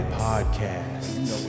podcasts